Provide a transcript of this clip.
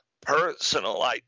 personal